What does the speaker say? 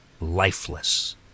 lifeless